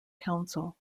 council